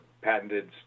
patented